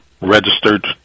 registered